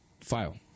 file